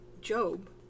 job